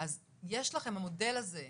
אז המודל הזה,